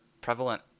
prevalent